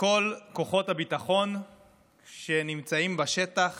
בכל כוחות הביטחון שנמצאים בשטח